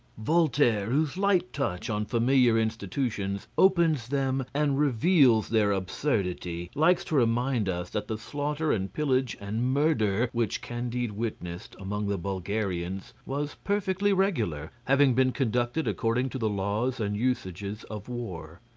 voltaire, whose light touch on familiar institutions opens them and reveals their absurdity, likes to remind us that the slaughter and pillage and murder which candide witnessed among the bulgarians was perfectly regular, having been conducted according to the laws and usages of war.